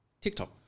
tiktok